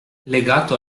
legato